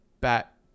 Bat